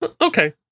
okay